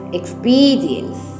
experience